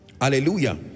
Hallelujah